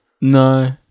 No